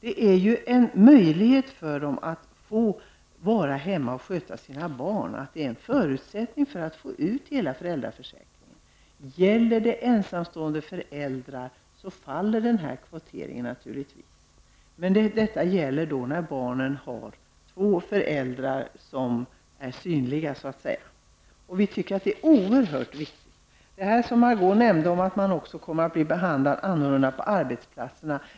En förutsättning för att hela föräldraförsäkringen skall betalas ut bör alltså vara att också papporna skall stanna hemma hos barnen. Om det gäller ensamstående föräldrar faller naturligtvis denna kvotering. Reglerna skall gälla när barnen så att säga har två synliga föräldrar. Vi tycker att en sådan ordning är oerhört viktig. Margó Ingvardsson nämnde att de pappor som stannar hemma hos barnen blir mindre väl behandlade på arbetsplatserna.